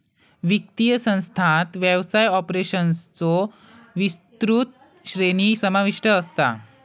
वित्तीय संस्थांत व्यवसाय ऑपरेशन्सचो विस्तृत श्रेणी समाविष्ट असता